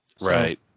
Right